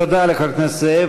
תודה לחבר הכנסת זאב.